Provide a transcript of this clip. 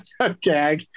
Okay